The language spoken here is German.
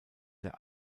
der